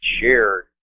shared